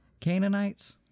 canaanites